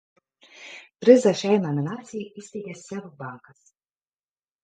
prizą šiai nominacijai įsteigė seb bankas